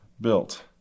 built